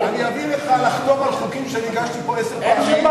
אני אביא לך לחתום על חוקים שהגשתי פה עשר פעמים,